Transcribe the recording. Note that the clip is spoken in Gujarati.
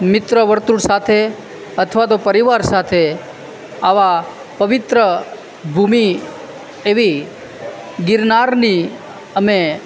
મિત્ર વર્તુળ સાથે અથવા તો પરિવાર સાથે આવાં પવિત્ર ભૂમિ એવી ગિરનારની અમે